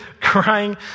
crying